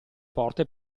porte